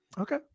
Okay